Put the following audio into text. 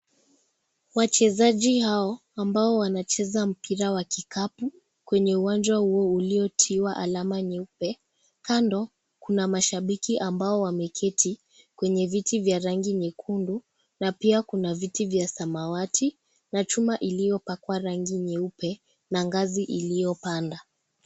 Wachezaji hao, ambao wanacheza mpira wa kikapu kwenye uwanja huo uliotiwa alama nyeupe. Kando, kuna mashabiki ambao wameketi kwenye viti vya rangi nyekundu na pia kuna viti vya samawati na chuma iliyopakwa rangi nyeupe na ngazi iliyopanda.